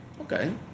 Okay